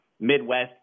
Midwest